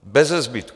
Bezezbytku.